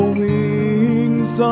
wings